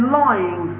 lying